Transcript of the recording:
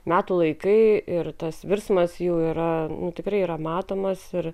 metų laikai ir tas virsmas jau yra tikrai yra matomas ir